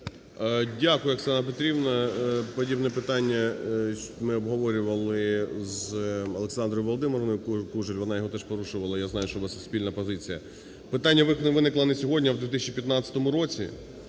Дякую, Оксана Петрівна. Подібне питання ми оговорювали з Олександрою Володимирівною Кужель, вона його теж порушувала. Я знаю, що у вас є спільна позиція. Питання виникло не сьогодні, а в 2015 році,